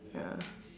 ya